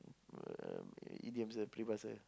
um idioms the peribahasa